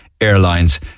airlines